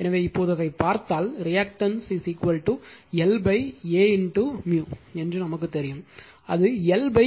எனவே இப்போது அதைப் பார்த்தால் ரியாக்டன்ஸ் L Aµ என்று நமக்குத் தெரியும் அது L A